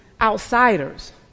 outsiders